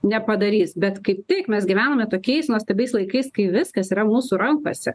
nepadarys bet kaip tik mes gyvename tokiais nuostabiais laikais kai viskas yra mūsų rankose